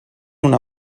una